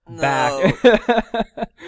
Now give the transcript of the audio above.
back